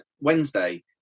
Wednesday